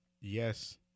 yes